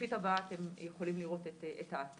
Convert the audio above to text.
בשקופית הבאה אתם יכולים לראות את האתר,